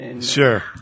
Sure